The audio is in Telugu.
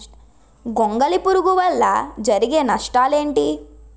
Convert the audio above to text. గొంగళి పురుగు వల్ల జరిగే నష్టాలేంటి?